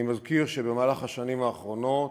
אני מזכיר שבמהלך השנים האחרונות,